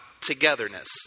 togetherness